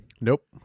Nope